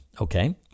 okay